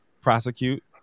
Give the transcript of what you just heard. prosecute